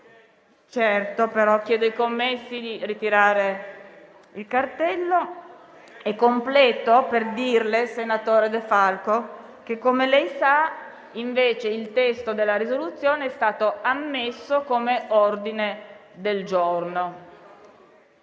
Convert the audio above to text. a lei. Chiedo agli assistenti di ritirare il cartello. Completo per dirle, senatore De Falco, come lei sa, che invece il testo della risoluzione è stato ammesso come ordine del giorno.